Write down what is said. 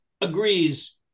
agrees